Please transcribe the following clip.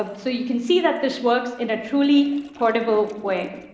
um so you can see that this works in a truly portable way.